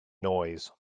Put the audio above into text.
noise